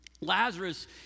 Lazarus